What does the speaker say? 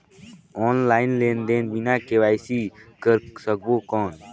Online लेनदेन बिना KYC कर सकबो कौन??